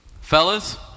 Fellas